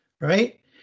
right